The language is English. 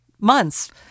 months